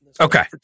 Okay